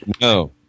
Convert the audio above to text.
No